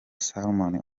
salome